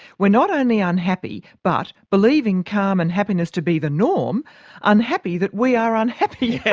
we're not only unhappy but, believing calm and happiness to be the norm unhappy that we are unhappy.